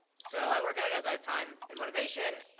so, i work on it as i have time and motivation.